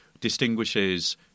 distinguishes